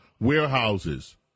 warehouses